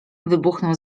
wybuchnął